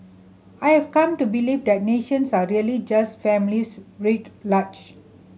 I have come to believe that nations are really just families writ large